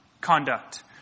conduct